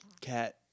Cat